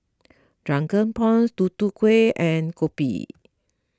Drunken Prawns Tutu Kueh and Kopi